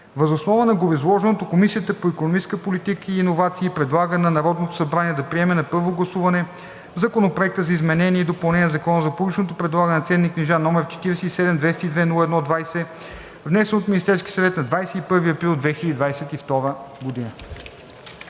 Въз основа на гореизложеното Комисията по икономическа политика и иновации предлага на Народното събрание да приеме на първо гласуване Законопроект за изменение и допълнение на Закона за публичното предлагане на ценни книжа, № 47-202-01-20, внесен от Министерския съвет на 21 април 2022 г.“